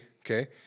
okay